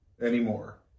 anymore